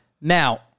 Now